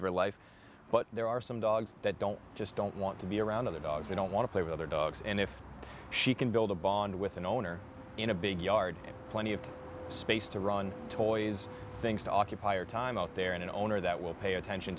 her life but there are some dogs that don't just don't want to be around other dogs they don't want to play with other dogs and if she can build a bond with an owner in a big yard plenty of space to run toys things to occupy your time out there in an owner that will pay attention